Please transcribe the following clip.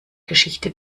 geschichte